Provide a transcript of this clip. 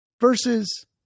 Versus